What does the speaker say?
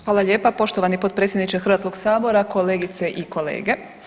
Hvala lijepa poštovani potpredsjedniče Hrvatskog sabora, kolegice i kolege.